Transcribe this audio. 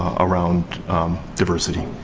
around diversity.